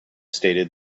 stated